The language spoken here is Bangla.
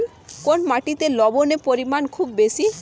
কোন মাটিতে লবণের পরিমাণ খুব বেশি?